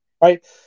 right